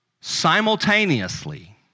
Simultaneously